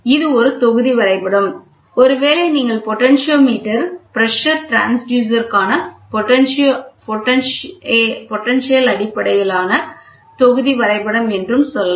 இது ஒரு தொகுதி வரைபடம் ஒருவேளை நீங்கள் பொட்டென்டோமீட்டர் பிரஷர் டிரான்ஸ்யூசருக்கான பொட்டென்ஷியோ அடிப்படையிலான தொகுதி வரைபடம் என்றும் சொல்லலாம்